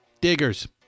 Diggers